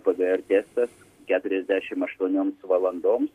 pgr testas keturiasdešimt aštuonioms valandoms